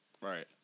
Right